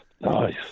nice